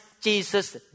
Jesus